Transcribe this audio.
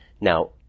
Now